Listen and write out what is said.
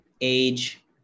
age